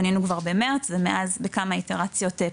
פנינו כבר במרץ ומאז בכמה אינטראקציות,